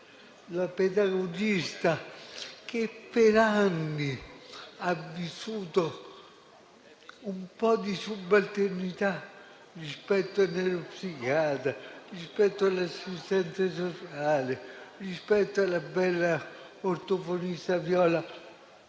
la pedagogista, che per anni ha vissuto un po' di subalternità rispetto al neuropsichiatra, rispetto all'assistente sociale, rispetto alla bella ortofonista Viola.